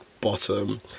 bottom